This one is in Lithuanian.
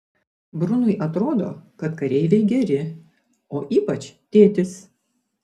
brunui atrodo kad kareiviai geri o ypač tėtis